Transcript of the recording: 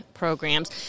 programs